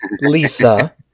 Lisa